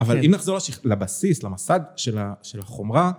אבל אם נחזור לבסיס, למסד של החומרה.